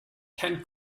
can